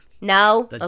No